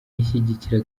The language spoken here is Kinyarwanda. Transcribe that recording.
ishyigikira